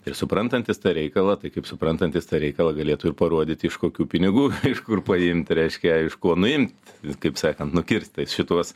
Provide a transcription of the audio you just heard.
ir suprantantis tą reikalą tai kaip suprantantis tą reikalą galėtų ir parodyti iš kokių pinigų iš kur paimti reiškia iš ko nuimti kaip sakant nukirst tai šituos